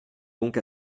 donc